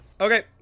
Okay